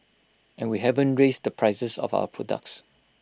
and we haven't raised the prices of our products